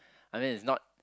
I mean it's not